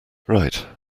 right